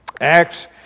Acts